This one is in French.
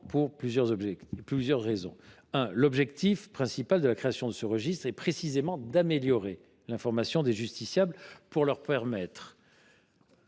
pour plusieurs raisons. D’abord, l’objectif principal de la création de ce registre est précisément d’améliorer l’information des justiciables pour leur permettre,